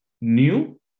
new